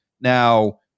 Now